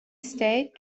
state